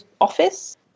office